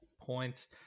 points